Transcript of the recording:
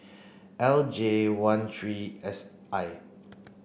L J one three S I